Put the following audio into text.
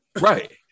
Right